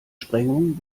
sprengung